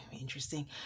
Interesting